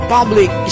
Public